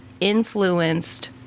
influenced